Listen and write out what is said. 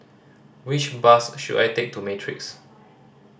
which bus should I take to Matrix